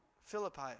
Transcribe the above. Philippi